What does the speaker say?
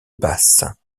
basse